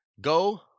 Go